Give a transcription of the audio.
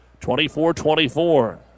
24-24